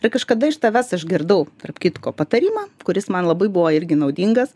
ir kažkada iš tavęs išgirdau tarp kitko patarimą kuris man labai buvo irgi naudingas